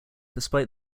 despite